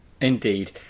Indeed